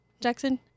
jackson